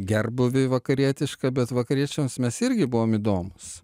gerbūvį vakarietišką bet vakariečiams mes irgi buvom įdomūs